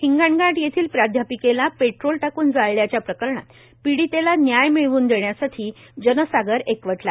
हिंगणघाट येथील प्राध्यापिकेला पेट्रोल टाकून जाळल्याच्या प्रकरणात पीडितेला न्याय मिळवून देण्यासाठी जनसागर एकवटला